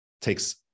takes